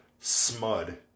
SMUD